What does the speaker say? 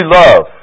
love